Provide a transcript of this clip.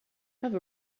have